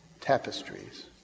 tapestries